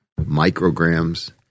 micrograms